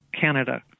Canada